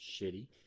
Shitty